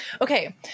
Okay